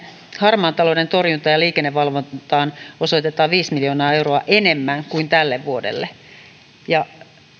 harmaan talouden torjuntaan ja liikennevalvontaan osoitetaan viisi miljoonaa euroa enemmän kuin tälle vuodelle